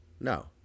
no